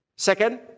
Second